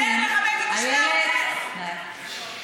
את קרובת משפחה שלי, אל תעשי לי את זה.